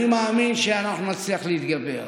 אני מאמין שאנחנו נצליח להתגבר.